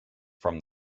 from